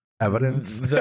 evidence